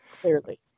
clearly